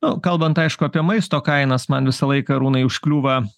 nu kalbant aišku apie maisto kainas man visą laiką arūnai užkliūva